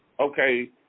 Okay